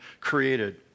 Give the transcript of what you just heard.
created